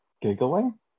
Giggling